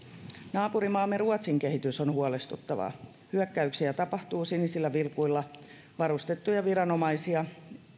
naapurimaamme ruotsin kehitys on huolestuttavaa hyökkäyksiä tapahtuu sinisillä vilkuilla varustettuja viranomaisia